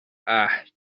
اَه